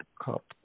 Cup